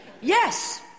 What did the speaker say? Yes